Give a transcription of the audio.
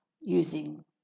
using